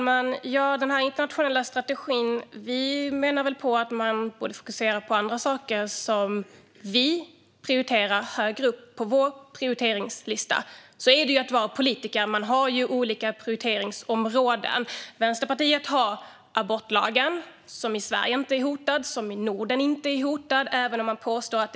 Fru talman! Vi vill fokusera på och prioritera annat i den internationella strategin. Partier har olika prioriteringsområden. Vänsterpartiet har bland annat abortlagen, som varken är hotad i Sverige eller övriga Norden.